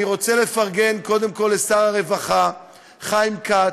אני רוצה לפרגן, קודם כול, לשר הרווחה חיים כץ,